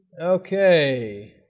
Okay